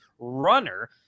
Runner